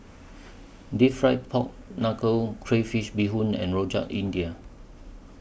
Deep Fried Pork Knuckle Crayfish Beehoon and Rojak India